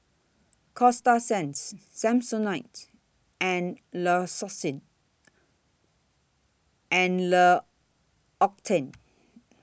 Coasta Sands Samsonite and L'Occitane